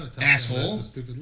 asshole